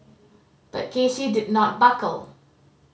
but K C did not buckle